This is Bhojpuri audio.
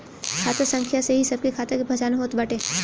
खाता संख्या से ही सबके खाता के पहचान होत बाटे